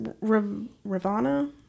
Ravana